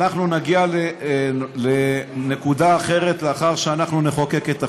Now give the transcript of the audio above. אנחנו נגיע לנקודה אחרת לאחר שאנחנו נחוקק את החוק.